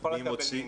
ויכולה לקבל מימון.